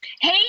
Hey